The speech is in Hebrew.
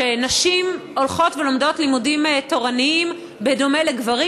שנשים הולכות ולומדות לימודים תורניים בדומה לגברים,